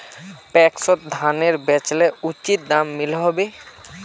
पैक्सोत धानेर बेचले उचित दाम मिलोहो होबे?